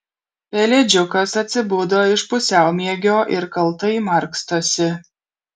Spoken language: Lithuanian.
pelėdžiukas atsibudo iš pusiaumiegio ir kaltai markstosi